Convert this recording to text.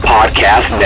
Podcast